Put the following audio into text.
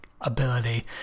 ability